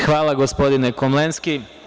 Hvala gospodine Komlenski.